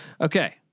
Okay